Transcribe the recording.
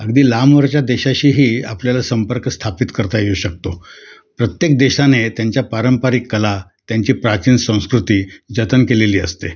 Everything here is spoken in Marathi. अगदी लांबवरच्या देशाशीही आपल्याला संपर्क स्थापित करता येऊ शकतो प्रत्येक देशाने त्यांच्या पारंपारिक कला त्यांची प्राचीन संस्कृती जतन केलेली असते